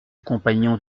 compagnon